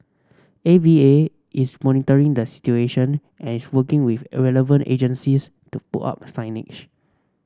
A V A is monitoring the situation and is working with a relevant agencies to put up signage